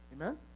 Amen